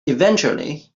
eventually